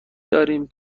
داریم